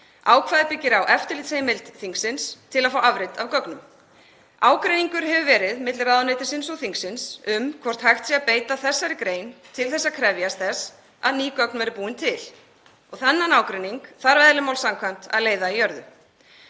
Ákvæðið byggir á eftirlitsheimild þingsins til að fá afrit af gögnum. Ágreiningur hefur verið milli ráðuneytisins og þingsins um hvort hægt sé að beita þessari grein til þess að krefjast þess að ný gögn verði búin til. Þann ágreining þarf eðli máls samkvæmt að leiða í jörðu.